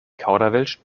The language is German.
kauderwelsch